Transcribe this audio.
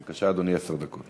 בבקשה, אדוני, עשר דקות.